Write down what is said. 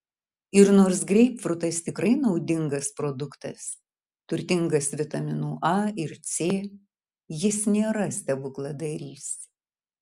ir nors greipfrutas tikrai naudingas produktas turtingas vitaminų a ir c jis nėra stebukladarys